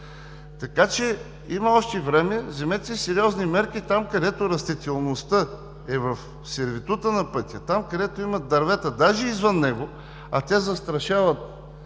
сняг. Има още време. Вземете сериозни мерки и там, където растителността е в сервитута на пътя, където има дървета дори и извън него, а те застрашават